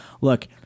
Look